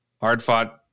hard-fought